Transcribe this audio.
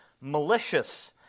malicious